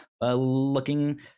looking